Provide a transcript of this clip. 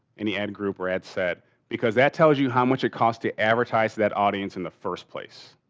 any ad group ratset because that tells you how much it costs to advertise that audience in the first place.